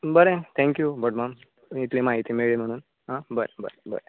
बरें थेंक्यू भटमाम इतली म्हायती मेयळी म्हणून आं बरें बरें बरें